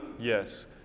Yes